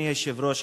אדוני היושב-ראש,